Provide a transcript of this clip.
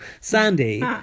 Sandy